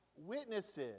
witnesses